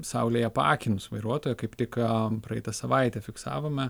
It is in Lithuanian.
saulei apakinus vairuotoją kaip tik praeitą savaitę fiksavome